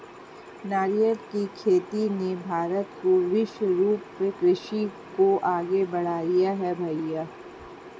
नारियल की खेती ने भारत को वृक्षारोपण कृषि को आगे बढ़ाया है भईया